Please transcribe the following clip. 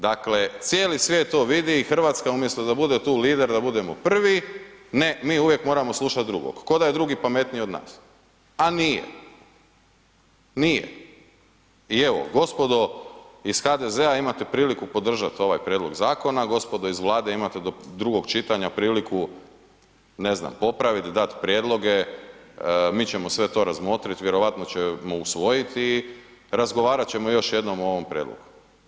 Dakle, cijeli svijet to vidi i RH umjesto da bude tu lider, da budemo prvi, ne mi uvijek moramo slušat drugog koda je drugi pametniji od nas, a nije, nije i evo gospodo iz HDZ-a imate priliku podržat ovaj prijedlog zakona, gospodo iz Vlade imate do drugog čitanja priliku, ne znam, popravit, dat prijedloge, mi ćemo sve to razmotrit, vjerojatno ćemo usvojiti i razgovarat ćemo još jednom o ovom prijedlogu.